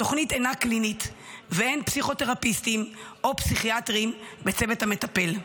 התוכנית אינה קלינית ואין פסיכותרפיסטים או פסיכיאטריים בצוות המטפל.